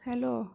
hello